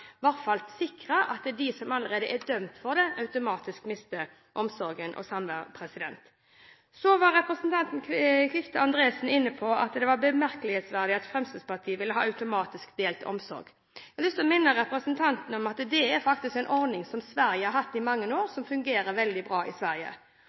de som allerede er dømt for dette, automatisk mister omsorgen og samværet. Representanten Kvifte Andresen var inne på at det er bemerkelsesverdig at Fremskrittspartiet vil ha automatisk delt omsorg. Jeg har lyst å minne representanten om at det faktisk er en ordning som Sverige har hatt i mange år,